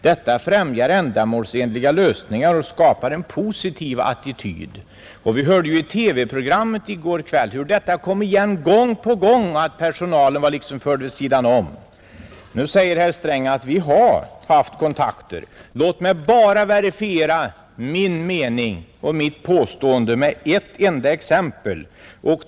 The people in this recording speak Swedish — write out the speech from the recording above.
Detta främjar ändamålsenliga lösningar och skapar en positiv attityd. I TV-programmet i går kväll hörde vi gång på gång hur påståendet kom igen om att personalen liksom var förd vid sidan om, Nu säger herr Sträng: Vi har haft kontakter! Låt mig då bara få verifiera mitt påstående med ett enda exempel.